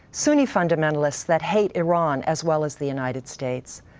sunni fundamentalists that hate iran as well as the united states.